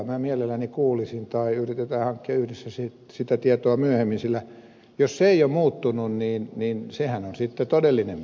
minä mielelläni kuulisin tai yritetään hankkia yhdessä sitä tietoa myöhemmin sillä jos se ei ole muuttunut niin sehän on sitten todellinen miettimisen paikka